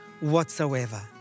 whatsoever